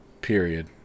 Period